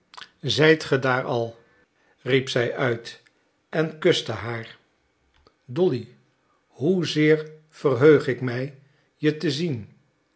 ge daar al riep zij uit en kuste haar dolly hoezeer verheug ik mij je te zien